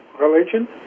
religion